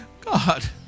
God